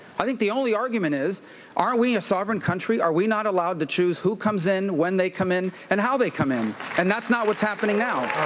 i think the only argument is are we a sovereign country, are we not allowed to choose who comes in, when they come in and how they come in? and that's not what's happening now.